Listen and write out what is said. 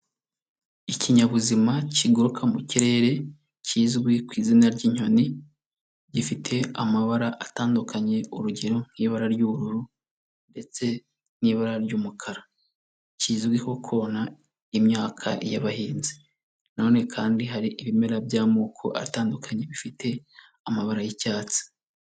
Ikinyabuzima kiguruka mu kirere kizwi ku izina ry'inyoni, gifite amabara atandukanye urugero nk'ibara ry'ubururu ndetse n'ibara ry'umukara. Kizwiho kona imyaka y'abahinzi. Na none kandi hari ibimera by'amoko atandukanye bifite amabara y'icyatsi.